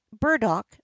burdock